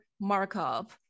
markup